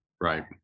right